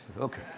Okay